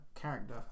character